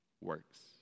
works